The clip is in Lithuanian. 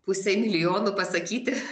pusei milijono pasakyti